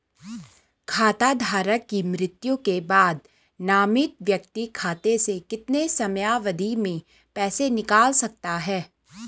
खाता धारक की मृत्यु के बाद नामित व्यक्ति खाते से कितने समयावधि में पैसे निकाल सकता है?